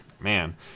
man